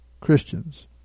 Christians